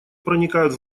проникают